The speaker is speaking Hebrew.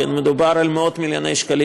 מדובר במאות מיליוני שקלים,